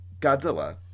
Godzilla